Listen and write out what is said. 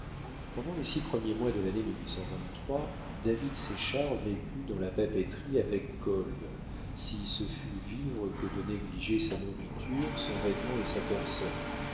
pendant les six premiers mois de l'année david séchard vécut dans la papeterie avec kolb si ce fut vivre que de négliger sa nourriture son vêtement et sa personne